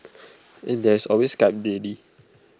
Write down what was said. and there is always Skype daily